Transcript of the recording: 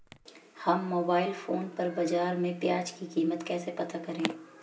हम mobile phone पर बाज़ार में प्याज़ की कीमत कैसे पता करें?